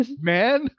man